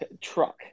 truck